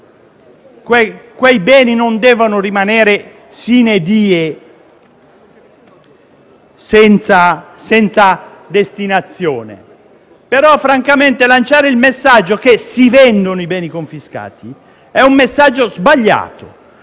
quei beni non devono rimanere *sine die* senza destinazione, però francamente lanciare il messaggio che si vendono i beni confiscati, è sbagliato